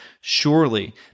Surely